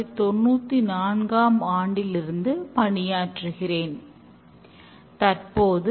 இந்த பாடத்தில் நாம் இந்த இரண்டு எiஐல் செயல்முறைகளை படிப்போம்